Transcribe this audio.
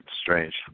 Strange